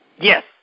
Yes